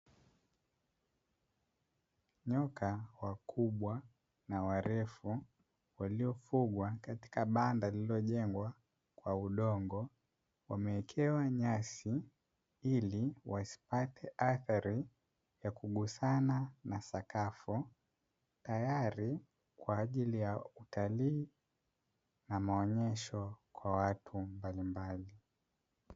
Nyoka wakubwa na warefu waliofugwa katika banda lililojengwa kwa udongo, wameekewa nyasi ili wasipate athari ya kugusana na sakafu tayari kwa ajili ya utalii na maonesho kwa watu mbalimbali.